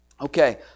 Okay